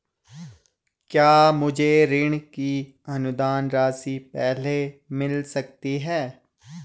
क्या मुझे ऋण की अनुदान राशि पहले मिल सकती है?